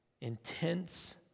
intense